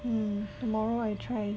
mm tomorrow I try